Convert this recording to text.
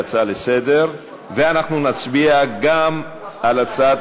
להצעה לסדר-היום ולהעביר את הנושא לוועדת